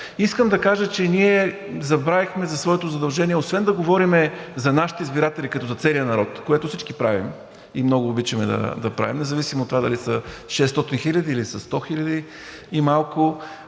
Искам да кажа, че ние забравихме за своето задължение освен да говорим за нашите избиратели като за целия народ, което всички правим и много обичаме да правим, независимо от това дали са 600 хиляди или са 100 хиляди и малко,